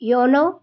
YONO